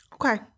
Okay